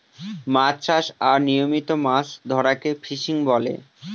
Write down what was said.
মাছ চাষ আর নিয়মিত মাছ ধরাকে ফিসিং বলে